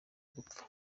gupfa